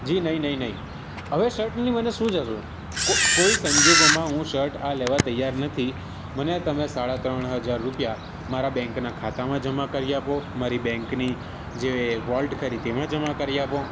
જી નહીં નહીં નહીં હવે શર્ટનીએ મને શું જરૂર કોઈ સંજોગોમાં હું શર્ટ આ લેવા તૈયાર નથી મને તમે સાડા ત્રણ હજાર રૂપિયા મારા બેન્કના ખાતામાં જમા કરી આપો મારી બેન્કની જે વૉલ્ટ ખરી તેમાં જમા કરી આપો